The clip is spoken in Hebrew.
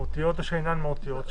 מהותיות ושאינן מהותיות,